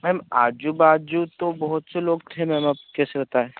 ma'am आजू बाजू तो बहुत से लोग थे मैम अब कैसे बताएँ